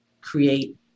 create